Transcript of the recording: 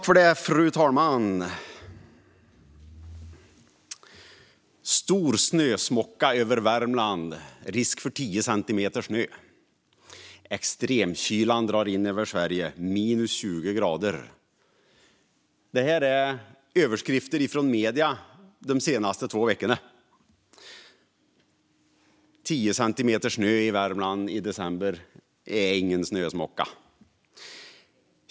Fru talman! Stor snösmocka över Värmland. Risk för 10 centimeter snö. Extremkylan drar in över Sverige. Minus 20 grader. Det här är överskrifter från medierna de senaste två veckorna. 10 centimeter snö i Värmland i december är ingen snösmocka.